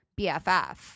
BFF